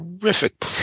Terrific